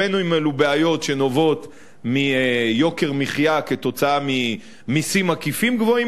בין שאלו בעיות שנובעות מיוקר מחיה כתוצאה ממסים עקיפים גבוהים